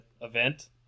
event